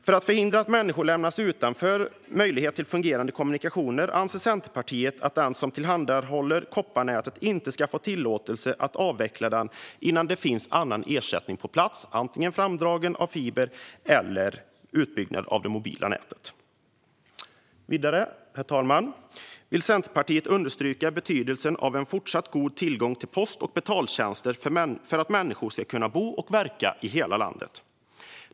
För att förhindra att människor lämnas utan möjlighet till fungerande kommunikationer anser Centerpartiet att den som tillhandahåller kopparnätet inte ska tillåtas att avveckla det innan det finns en ersättning på plats, antingen framdragen fiber eller utbyggnad av det mobila nätet. Vidare, herr talman, vill Centerpartiet understryka betydelsen av en fortsatt god tillgång till post och betaltjänster för att människor ska kunna bo och verka i hela landet.